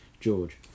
George